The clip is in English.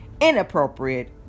inappropriate